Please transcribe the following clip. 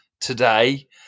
today